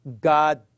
God